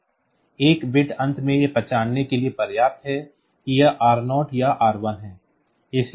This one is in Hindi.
तो 1 बिट अंत में यह पहचानने के लिए पर्याप्त है कि यह R0 या R1 है